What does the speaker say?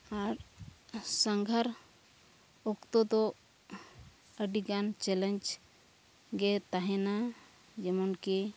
ᱟᱨ ᱥᱟᱸᱜᱷᱟᱨ ᱚᱠᱛᱚ ᱫᱚ ᱟᱹᱰᱤᱜᱟᱱ ᱪᱮᱞᱮᱡᱽ ᱜᱮ ᱛᱟᱦᱮᱱᱟ ᱡᱮᱢᱚᱱ ᱠᱤ